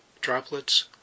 droplets